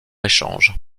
échange